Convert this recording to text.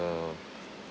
uh